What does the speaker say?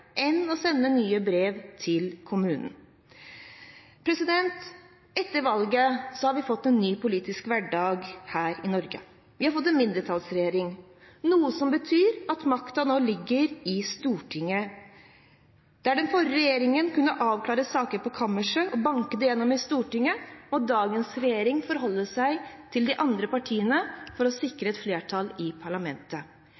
enn å sende nye brev til kommunene. Etter valget har vi fått en ny politisk hverdag her i Norge. Vi har fått en mindretallsregjering, noe som betyr at makten nå ligger i Stortinget. Der den forrige regjeringen kunne avklare saker på kammerset og banke det gjennom i Stortinget, må dagens regjering forholde seg til de andre partiene for å